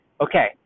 Okay